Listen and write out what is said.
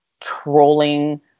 trolling